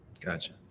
Gotcha